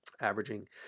Averaging